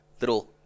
little